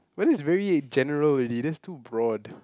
but then that is very general already that's too broad